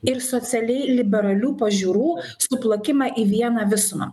ir socialiai liberalių pažiūrų suplakimą į vieną visumą